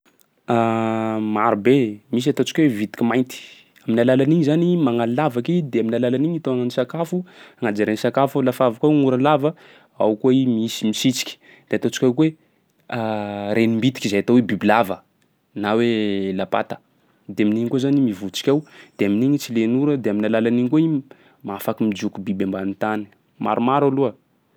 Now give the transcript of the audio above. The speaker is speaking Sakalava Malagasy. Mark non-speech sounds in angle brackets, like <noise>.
<hesitation> Marobe, misy ataontsika hoe vitiky mainty, amin'ny alalan'igny zany i magnano lavaky de amin'ny alalan'igny itohanany sakafo, agnajariany sakafo lafa avy koa moa gny ora lava, ao koa i misy misitriky. De ataontsika koa hoe <hesitation> renim-bitiky izay atao hoe bibilava na hoe lapata. De amin'igny koa zany i mivotriky ao, de amin'igny i tsy len'ora, de amin'ny alalan'igny koa i mafaky mijoko biby ambany tany, maromaro aloha.